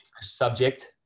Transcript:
subject